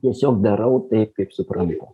tiesiog darau taip kaip suprantu